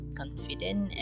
confident